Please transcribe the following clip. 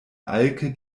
alke